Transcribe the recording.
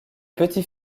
petits